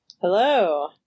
Hello